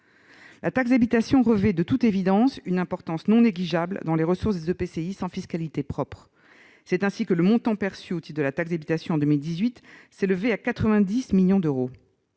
La taxe d'habitation revêt, de toute évidence, une importance non négligeable dans les ressources des EPCI sans fiscalité propre. De fait, le montant perçu au titre de la taxe d'habitation s'est élevé en 2018 à 90 millions d'euros.